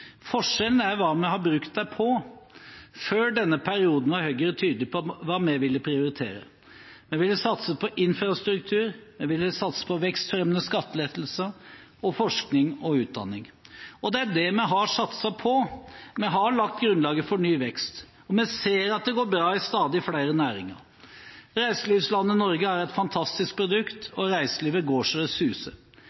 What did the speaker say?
Forskjellen er hva vi har brukt dem på. Før denne perioden var Høyre tydelige på hva vi ville prioritere. Vi ville satse på infrastruktur, vi ville satse på vekstfremmende skattelettelser og forskning og utdanning. Og det er det vi har satset på. Vi har lagt grunnlaget for ny vekst, og vi ser at det går bra i stadig flere næringer. Reiselivslandet Norge er et fantastisk produkt,